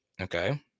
okay